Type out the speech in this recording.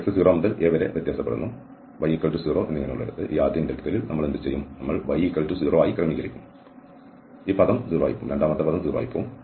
x 0 മുതൽ a വരെ വ്യത്യാസപ്പെടുന്നു y0 എന്നിങ്ങനെ ഉള്ളിടത്ത് ഈ ആദ്യ ഇന്റഗ്രലിൽ നമ്മൾ എന്ത് ചെയ്യും നമ്മൾ y0 ആയി ക്രമീകരിക്കും ഈ പദം 0 ആയി പോകും